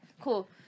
cool